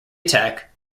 attack